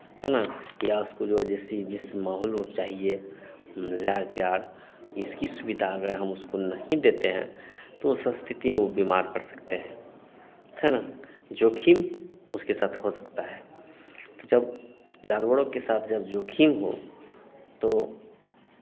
हैं ना या उसको जो है जैसी जिस माहौल वो चाहिए लाड़ प्यार इसकी सुविधा अगर हम उसको नहीं देते हैं तो इस स्थिति में वो बीमार पड़ सकते हैं हैं ना जोखिम उसके साथ हो सकता है तो जब जानवरों के साथ जब जोखिम हो तो